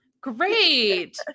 Great